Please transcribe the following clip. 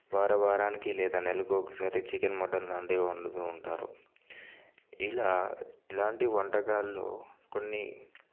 వార వారానికి లేదా నెలకి ఒకసారి చికెన్ మటన్ లాంటివి వండుతూ ఉంటారు ఇలా ఇలాంటి వంటకాల్లో కొన్ని